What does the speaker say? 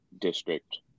district